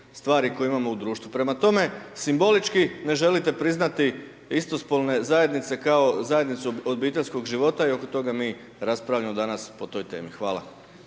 stvari koje imamo u društvu. Prema tome, simbolički, ne želite priznati istospolne zajednice kao zajednicu obiteljskog života, i oko toga mi raspravljamo danas po toj temi. Hvala.